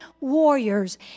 warriors